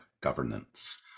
governance